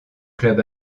club